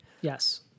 yes